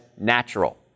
natural